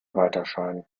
weiterscheinen